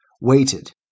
waited